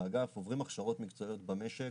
באגף עוברים הכשרות מקצועיות במשק